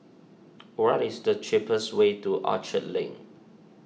what is the cheapest way to Orchard Link